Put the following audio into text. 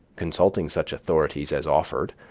consulting such authorities as offered,